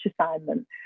assignment